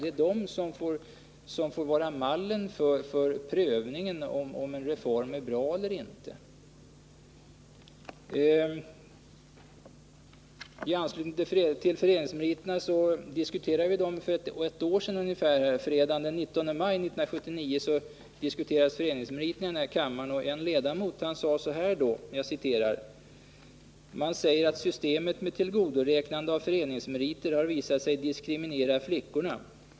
Det är de som får vara mall för prövningen om en reform är bra eller inte. Föreningsmeriter diskuterade vi här i kammaren för ungefär ett år sedan, fredagen den 19 maj 1979. Då sade en ledamot följande: ”Man säger att systemet med tillgodoräknande av föreningsmeriter har visat sig diskriminera flickorna.